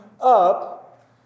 up